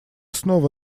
снова